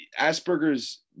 Asperger's